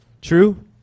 true